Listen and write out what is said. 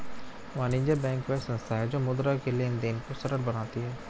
वाणिज्य बैंक वह संस्था है जो मुद्रा के लेंन देंन को सरल बनाती है